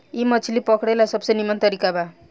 इ मछली पकड़े ला सबसे निमन तरीका बा